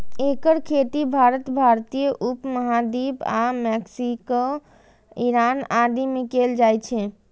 एकर खेती भारत, भारतीय उप महाद्वीप आ मैक्सिको, ईरान आदि मे कैल जाइ छै